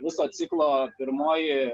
viso ciklo pirmoji